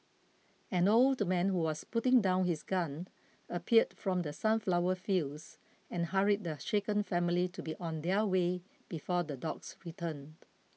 an old man who was putting down his gun appeared from the sunflower fields and hurried the shaken family to be on their way before the dogs return